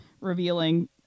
revealing